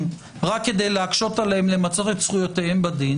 רק כדי להקשות עליהם למצות זכויותיהם בדין